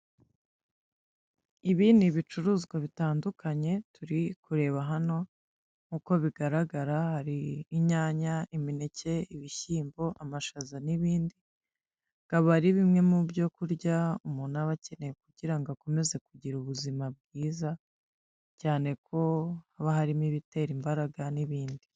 Ibi ni ibicuruzwa bitandukanye turi kureba hano nkuko bigaragara hari inyanya imineke ibishyimbo amashaza n'ibindi bikaba ari bimwe mu byo kurya umuntu aba akeneye kugira ngo akomeze kugira ubuzima bwiza cyane ko haba harimo ibitera imbaraga n'ibindi